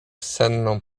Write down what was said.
senną